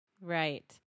Right